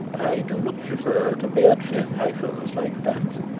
i do not refer to mere trifles like that.